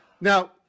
Now